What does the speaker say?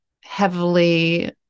heavily